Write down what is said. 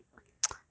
what's oh fei fang